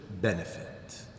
benefit